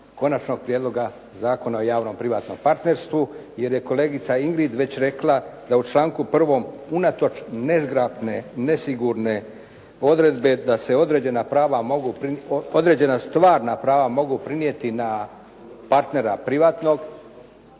Konačnog prijedloga Zakona o javno-privatnom partnerstvu jer je kolegica Ingrid već rekla da u članku 1. unatoč nezgrapne, nesigurne odredbe da se određena stvarna prava mogu prenijeti na partnera privatnog.